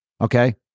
Okay